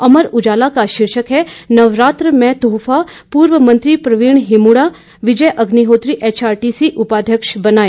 अमर उजाला का शीर्षक है नवरात्र में तोहफा पूर्व मंत्री प्रवीण हिमुडा विजय अग्निहोत्री एचआरटीसी उपाध्यक्ष बनाए